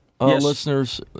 listeners